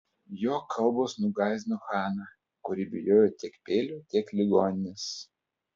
jo kalbos nugąsdino haną kuri bijojo tiek peilio tiek ligoninės